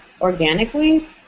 organically